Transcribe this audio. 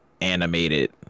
animated